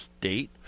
date